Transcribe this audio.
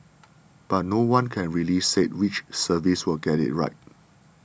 but no one can really say which service will get it right